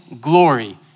glory